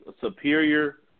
superior –